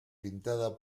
pintada